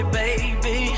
baby